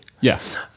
Yes